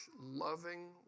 loving